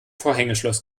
vorhängeschloss